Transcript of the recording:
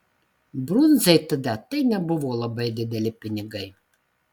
brundzai tada tai nebuvo labai dideli pinigai